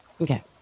Okay